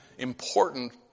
Important